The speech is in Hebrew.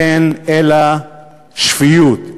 אין אלא שפיות,